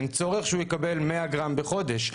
אין צורך שהוא יקבל 100 גרם בחודש.